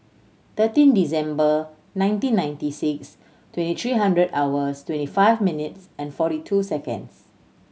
thirteen December nineteen ninety six twenty three hundred hours twenty five minutes and forty two seconds